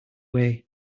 way